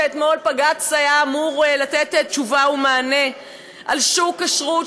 שאתמול בג"ץ היה אמור לתת תשובה ומענה על שוק הכשרות,